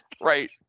Right